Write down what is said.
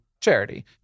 charity